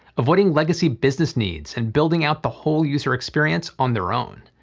avoiding legacy business needs, and building out the whole user experience on their own.